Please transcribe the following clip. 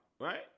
right